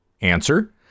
Answer